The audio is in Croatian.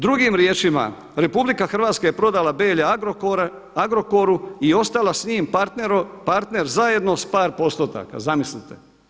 Drugim riječima, RH je prodala Belje Agrokoru i ostala s njim partner zajedno s par postotaka, zamislite.